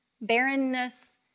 barrenness